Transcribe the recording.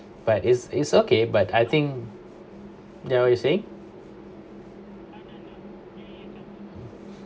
but it's it's okay but I think there what you saying